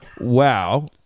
wow